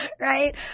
right